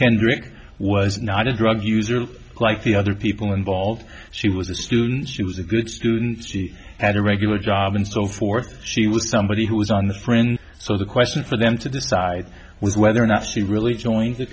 kendrick was not a drug user like the other people involved she was a student she was a good student she had a regular job and so forth she was somebody who was on the friend so the question for them to decide was whether or not she really joined the